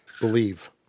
believe